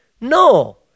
No